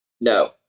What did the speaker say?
No